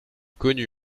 connue